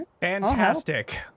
Fantastic